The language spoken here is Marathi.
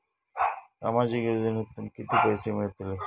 सामाजिक योजनेतून किती पैसे मिळतले?